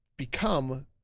Become